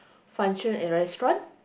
function a restaurant